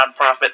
nonprofit